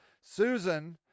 Susan